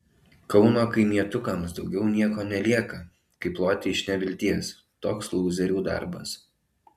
kauno kaimietukams daugiau nieko nelieka kaip loti iš nevilties toks lūzerių darbas